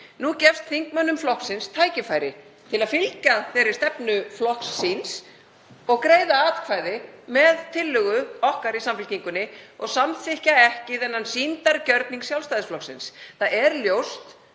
Nú gefst þingmönnum flokksins tækifæri til að fylgja þeirri stefnu flokks síns og greiða atkvæði með tillögu okkar í Samfylkingunni og samþykkja ekki þennan sýndargjörning Sjálfstæðisflokksins. Það er ljóst